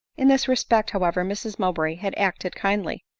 in this respect, however, mrs mowbray had acted kindly.